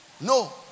No